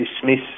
dismiss